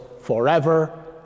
forever